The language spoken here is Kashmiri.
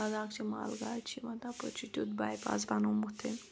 لَداخ چھِ مال گاڑِ چھِ یِوان تَپٲرۍ چھِ تِیُٛتھ بایپاس بَنومُت تٔمۍ